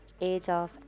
Adolf